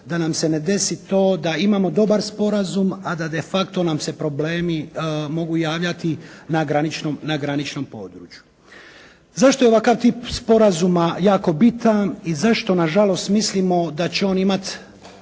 da nam se ne desi to da imamo dobar sporazum, a da de facto nam se problemi mogu javljati na graničnom području. Zašto je ovakav tip sporazuma jako bitan i zašto na žalost mislimo da će on imati